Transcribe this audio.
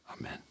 Amen